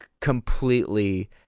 completely